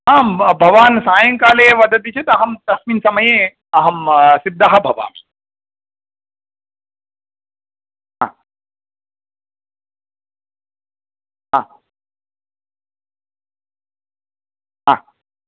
आम् भवान् सायङ्काले वदति चेत् अहं तस्मिन् समये अहं सिद्धः भवामि हा हा हा